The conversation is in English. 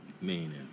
Meaning